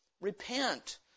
Repent